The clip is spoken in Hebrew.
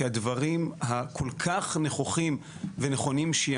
כי הדברים הכל כך נכוחים ונכונים שהיא